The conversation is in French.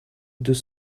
deux